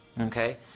okay